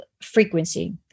frequency